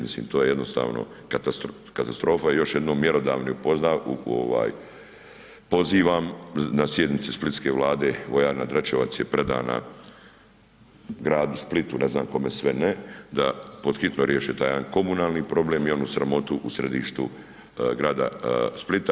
Mislim to je jednostavno katastrofa i još jednom mjerodavne pozivam na sjednice splitske vlade vojarna Dračevac je predana gradu Splitu ne znam kome sve ne, da pod hitno riješe taj komunalni problem, mi imamo sramotu u središtu grada Splita.